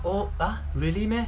oh !huh! really meh